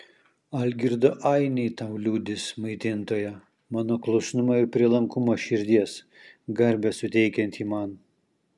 algirdo ainiai tau liudys maitintoja mano klusnumą ir prielankumą širdies garbę suteikiantį man